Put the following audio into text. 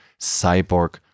cyborg